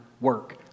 work